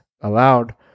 allowed